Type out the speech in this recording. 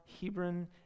Hebron